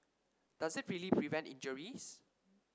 does it really prevent injuries